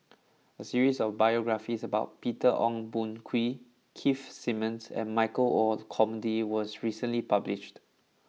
a series of biographies about Peter Ong Boon Kwee Keith Simmons and Michael Olcomendy was recently published